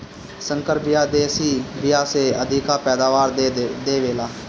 संकर बिया देशी बिया से अधिका पैदावार दे वेला